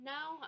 Now